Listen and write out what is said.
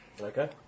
Okay